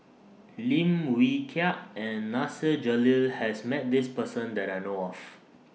Lim Wee Kiak and Nasir Jalil has Met This Person that I know off